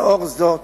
לאור זאת